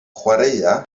chwaraea